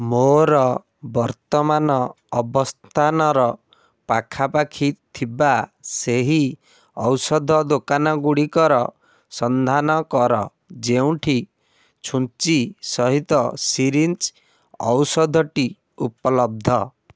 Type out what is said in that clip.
ମୋର ବର୍ତ୍ତମାନ ଅବସ୍ଥାନର ପାଖାପାଖି ଥିବା ସେହି ଔଷଧ ଦୋକାନଗୁଡ଼ିକର ସନ୍ଧାନ କର ଯେଉଁଠି ଛୁଞ୍ଚି ସହିତ ସିରିଞ୍ଜ୍ ଔଷଧଟି ଉପଲବ୍ଧ